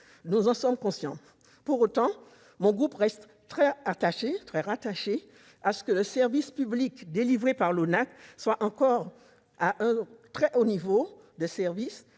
nous en sommes conscients. Pour autant, mon groupe reste très attaché à ce que le service public délivré par l'ONACVG soit maintenu à un très haut niveau de qualité,